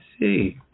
see